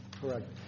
correct